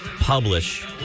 publish